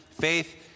faith